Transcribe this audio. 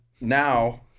now